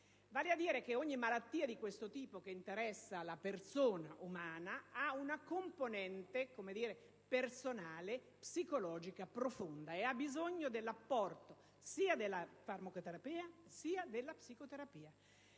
era ciclica. Ogni malattia di questo tipo, che interessa la persona umana, ha una componente personale, psicologica profonda, e ha bisogno dell'apporto sia della farmacoterapia sia della psicoterapia.